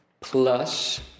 Plus